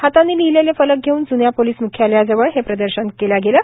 हातानी लिहिलेले फलक घेऊन जुव्या पोलीस मुख्यालयाजवळ हे प्रदर्शन केले